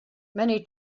many